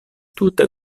tute